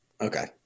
Okay